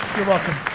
you're welcome.